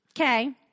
okay